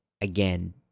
again